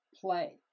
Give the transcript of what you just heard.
play